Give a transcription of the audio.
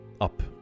Up